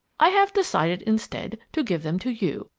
i have decided instead to give them to you,